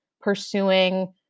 pursuing